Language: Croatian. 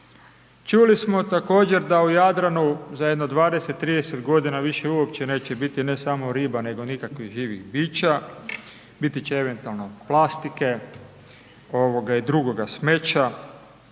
Čuli smo također da u Jadranu za jedno 20, 30 godina više uopće neće biti ne samo riba, nego nikakvih živih bića, biti će eventualno plastike, ovoga i drugoga smeća.